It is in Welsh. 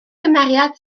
gymeriad